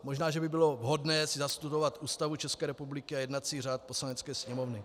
Možná že by bylo vhodné si nastudovat Ústavu České republiky a jednací řád Poslanecké sněmovny.